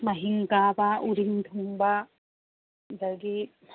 ꯃꯥꯏꯍꯤꯡ ꯀꯥꯕ ꯎꯔꯤꯡ ꯊꯨꯡꯕ ꯑꯗꯒꯤ